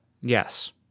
Yes